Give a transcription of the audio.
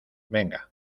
venga